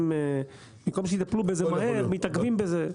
במקום שיטפלו בזה מהר, מתעכבים בזה.